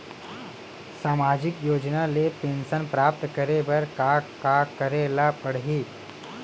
सामाजिक योजना ले पेंशन प्राप्त करे बर का का करे ल पड़ही?